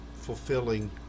fulfilling